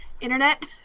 internet